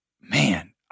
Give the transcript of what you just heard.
man